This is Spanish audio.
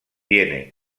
tiene